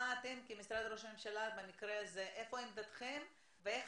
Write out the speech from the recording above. כמשרד ראש הממשלה איפה עמדתכם ואיך